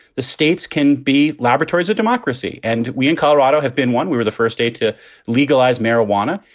the states can be laboratories of democracy. and we in colorado have been one. we were the first state to legalize marijuana.